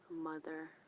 mother